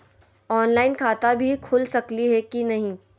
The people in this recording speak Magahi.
ऑनलाइन खाता भी खुल सकली है कि नही?